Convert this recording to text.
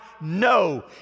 No